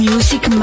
Music